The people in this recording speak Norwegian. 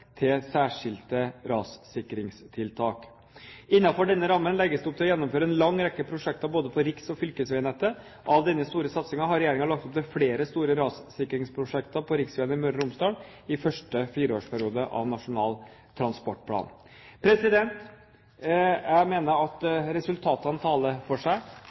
til særskilte rassikringstiltak. Innenfor denne rammen legges det opp til å gjennomføre en lang rekke prosjekter på både riks- og fylkesvegnettet. Av denne store satsingen har regjeringen lagt opp til flere store rassikringsprosjekter på riksveiene i Møre og Romsdal i første fireårsperiode av Nasjonal transportplan. Jeg mener at resultatene taler for seg.